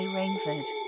Rainford